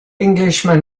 englishman